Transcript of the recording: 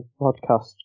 podcast